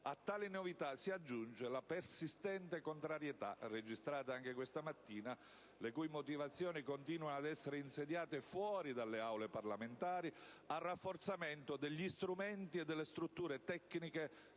A tali novità si aggiunge la persistente contrarietà, registrata anche questa mattina, le cui motivazioni continuano ad essere insediate fuori dalle Aule parlamentari, al rafforzamento degli strumenti e delle strutture tecniche